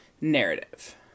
narrative